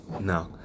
No